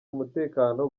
umutekano